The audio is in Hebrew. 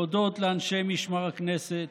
להודות לאנשי משמר הכנסת,